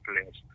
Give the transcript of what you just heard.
players